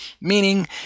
meaning